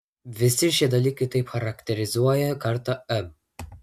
visi šie dalykai taip charakterizuoja kartą m